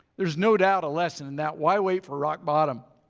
there's no doubt a lesson in that. why wait for rock-bottom?